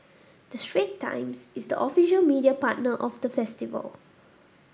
the Straits Times is the official media partner of the festival